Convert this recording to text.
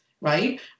right